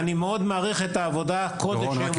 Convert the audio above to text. ואני מאוד מעריך את עבודת הקודש שאתם עושים --- דורון,